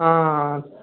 ஆ ஆ